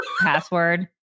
password